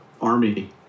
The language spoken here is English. Army